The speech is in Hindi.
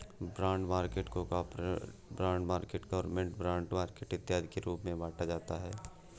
बॉन्ड मार्केट को corporate bond market government bond market इत्यादि के रूप में बांटा जाता है